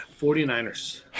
49ers